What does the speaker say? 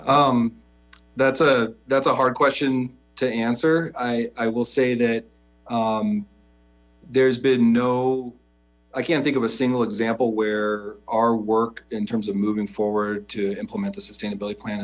thanks that's a that's a hard question to answer i will say that there's been no i can't think of a sngle example where our work in terms of moving forward to implement the sustainability plan